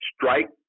strike